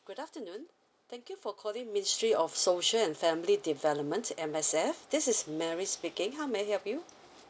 good afternoon thank you for calling ministry of social and family development M_S_F this is mary speaking how may I help you